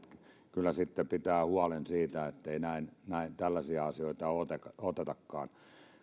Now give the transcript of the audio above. kyllä pitävät huolen siitä ettei tällaisia asioita otetakaan otetakaan